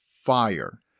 fire